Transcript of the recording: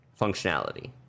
functionality